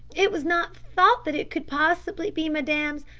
it was not thought that it could possibly be madame's,